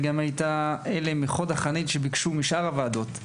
אתה היית גם חוד החנית מבין אלה שביקשו מהוועדות האחרות.